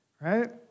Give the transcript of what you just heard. right